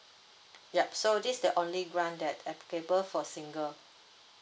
yup so this is the only grant that applicable for single